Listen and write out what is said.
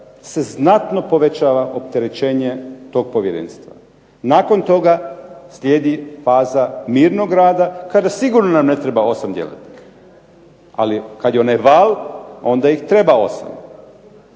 se znatno povećava opterećenje tog povjerenstva. Nakon toga slijedi faza mirnog rada, kada sigurno ne treba 8 djelatnika. Ali kad je onaj val onda ih treba 8.